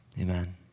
amen